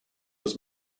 was